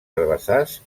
herbassars